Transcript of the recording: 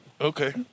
Okay